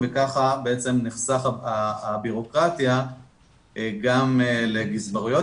וכך בעצם נחסכת הבירוקרטיה גם לגזברויות